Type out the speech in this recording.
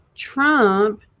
Trump